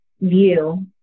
view